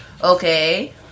Okay